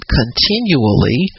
continually